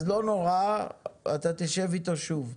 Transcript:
אז לא נורא, אתה תשב איתו שוב.